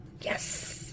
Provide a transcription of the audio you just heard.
Yes